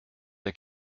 der